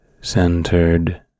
centered